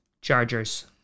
Chargers